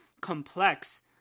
complex